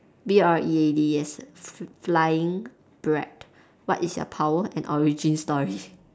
B R E A D yes flying bread what is your power and origin story